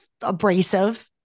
abrasive